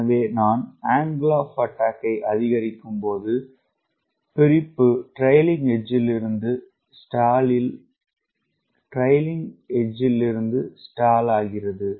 எனவே நான் angle of attack அதிகரிக்கும்போது பிரிப்பு ட்ரைக்ளிங் எட்ஜ்ல் இருந்து ஸ்டாலில் ஆகிறது